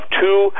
two